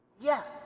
Yes